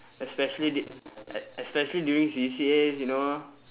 especially d~ e~ especially during C_C_As you know